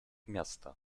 miasta